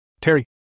Terry